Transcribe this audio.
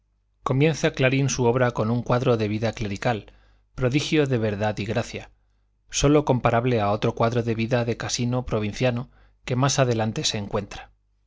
comienza clarín su obra con un cuadro de vida clerical prodigio de verdad y gracia sólo comparable a otro cuadro de vida de casino provinciano que más adelante se encuentra